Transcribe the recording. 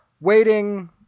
waiting